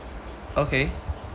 okay